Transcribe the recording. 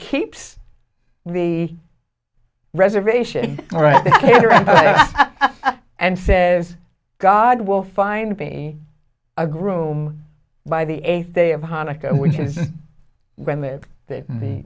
keeps the reservation all right and says god will find me a groom by the eighth day of hanukkah which is when that the